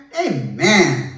amen